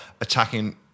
attacking